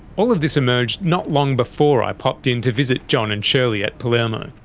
all of this emerged not long before i popped in to visit john and shirley at palermo.